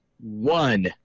one